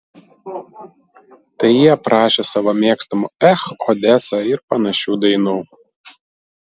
tai jie prašė savo mėgstamų ech odesa ir panašių dainų